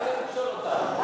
אני אצטרך לשאול אותם.